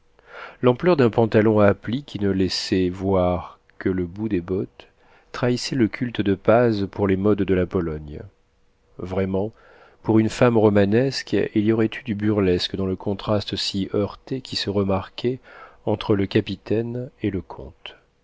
l'ampleur d'un pantalon à plis qui ne laissait voir que le bout des bottes trahissait le culte de paz pour les modes de la pologne vraiment pour une femme romanesque il y aurait eu du burlesque dans le contraste si heurté qui se remarquait entre le capitaine et le comte